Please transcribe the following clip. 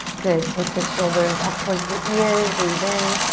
good, take the shoulders up towards the ears. breathe in.